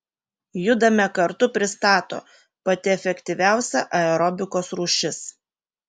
judame kartu pristato pati efektyviausia aerobikos rūšis